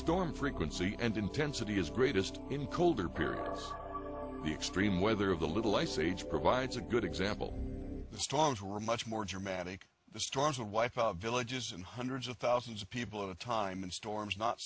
storm frequency and intensity is greatest in colder periods the extreme weather of the little ice age provides a good example the storms were much more dramatic the storms were wiped out villages and hundreds of thousands of people at a time in storms not